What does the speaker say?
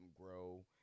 grow